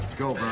go,